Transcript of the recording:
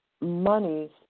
monies